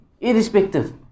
irrespective